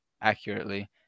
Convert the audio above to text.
accurately